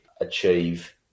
achieve